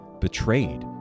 betrayed